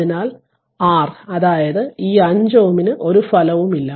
അതിനാൽ R അതായത് ഈ 5 Ω ന് ഒരു ഫലവുമില്ല